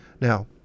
Now